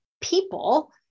people